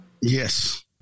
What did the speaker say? Yes